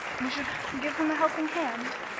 we should give him a helping hand.